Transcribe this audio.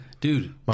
Dude